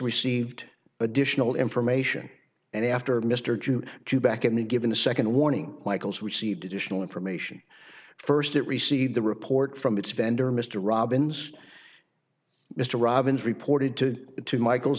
received additional information and after mr jute to back in and given a second warning michaels received additional information first it received the report from its vendor mr robbins mr robbins reported to two michael